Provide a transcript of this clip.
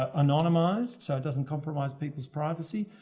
ah anonymized so it doesn't compromise people's privacy.